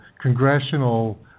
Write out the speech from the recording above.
congressional